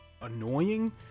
annoying